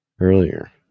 earlier